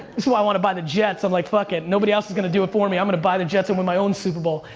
is why i wanna buy the jets, i'm like fuck it, nobody else is gonna do it for me, i'm gonna buy the jets and win my own superbowl.